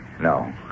No